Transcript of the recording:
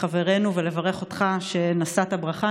ולברך אותך שנשאת ברכה.